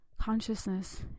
consciousness